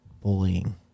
bullying